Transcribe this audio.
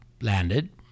landed